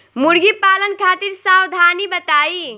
मुर्गी पालन खातिर सावधानी बताई?